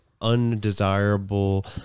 undesirable